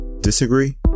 Disagree